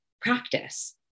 practice